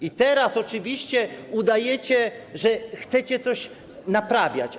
I teraz oczywiście udajecie, że chcecie coś naprawiać.